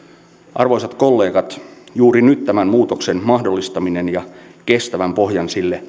arvoisat kollegat tämän muutoksen mahdollistaminen ja kestävän pohjan antaminen sille